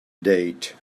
date